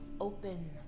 open